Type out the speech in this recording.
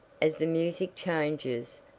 as the music changes,